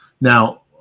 Now